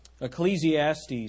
Ecclesiastes